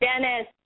Dennis